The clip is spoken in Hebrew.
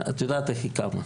את יודעת איך היא קמה,